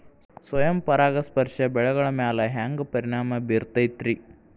ಸ್ವಯಂ ಪರಾಗಸ್ಪರ್ಶ ಬೆಳೆಗಳ ಮ್ಯಾಲ ಹ್ಯಾಂಗ ಪರಿಣಾಮ ಬಿರ್ತೈತ್ರಿ?